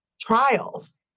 trials